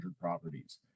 properties